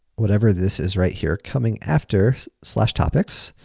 whatever this is right here coming after topics.